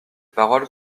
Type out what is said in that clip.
paroles